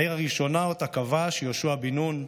העיר הראשונה שכבש יהושע בן נון,